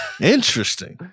Interesting